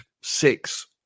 six